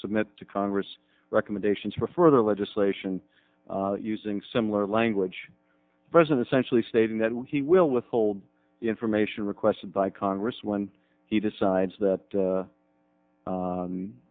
submit to congress recommendations for further legislation using similar language president sensually stating that he will withhold information requested by congress when he decides that